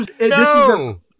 No